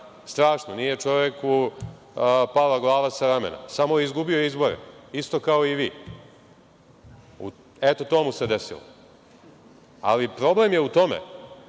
strašno. Nije čoveku pala glava sa ramena. Samo je izgubio izbore, isto kao i vi. Eto, to mu se desilo. Ali, problem je u tom